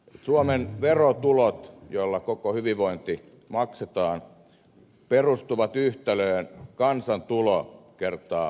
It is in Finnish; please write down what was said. suomen verotulot joilla koko hyvinvointi maksetaan perustuvat yhtälöön kansantulo kertaa veroaste